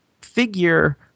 figure